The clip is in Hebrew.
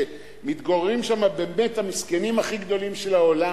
ומתגוררים שם באמת המסכנים הכי גדולים של העולם.